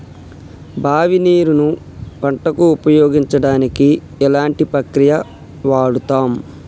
బావి నీరు ను పంట కు ఉపయోగించడానికి ఎలాంటి ప్రక్రియ వాడుతం?